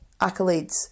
accolades